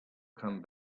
come